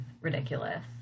ridiculous